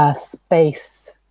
space